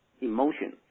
emotion